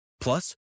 Plus